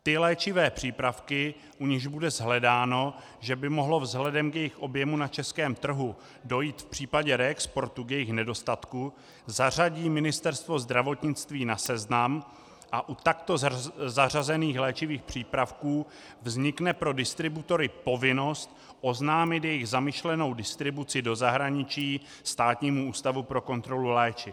Ty léčivé přípravky, u nichž bude shledáno, že by mohlo vzhledem k jejich objemu na českém trhu dojít v případě reexportu k jejich nedostatku, zařadí Ministerstvo zdravotnictví na seznam a u takto zařazených léčivých přípravků vznikne pro distributory povinnost oznámit jejich zamýšlenou distribuci do zahraničí Stánímu ústavu pro kontrolu léčiv.